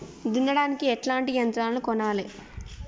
దున్నడానికి ఎట్లాంటి యంత్రాలను కొనాలే?